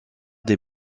des